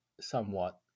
somewhat